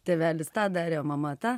tėvelis tą darė o mama tą